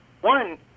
One